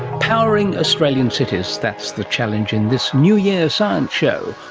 powering australian cities. that's the challenge in this new year science show.